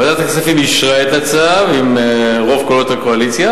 ועדת הכספים אישרה את צו הבלו על הדלק ברוב קולות הקואליציה